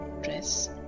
dress